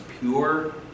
pure